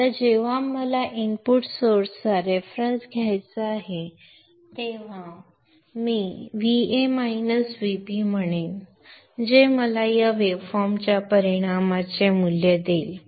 आता जेव्हा मला इनपुट स्त्रोताचा रेफरन्स घ्यायचा आहे तेव्हा मी Va मायनस Vb म्हणेन जे मला त्या वेव्हफॉर्मच्या परिणामाचे मूल्य देईल